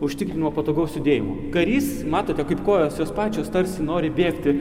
užtikrinimo patogaus judėjimo karys matote kaip kojos jos pačios tarsi nori bėgti